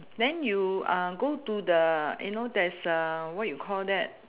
then you uh go to the you know there's a what you call that